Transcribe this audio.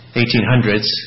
1800s